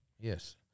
Yes